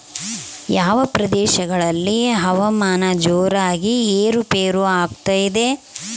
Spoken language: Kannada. ಯಾವ ಪ್ರದೇಶಗಳಲ್ಲಿ ಹವಾಮಾನ ಜೋರಾಗಿ ಏರು ಪೇರು ಆಗ್ತದೆ?